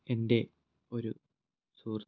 എൻ്റെ ഒരു സുഹൃത്ത്